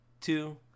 two